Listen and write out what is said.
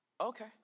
Okay